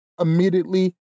immediately